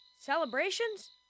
Celebrations